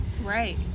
Right